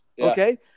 Okay